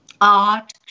Art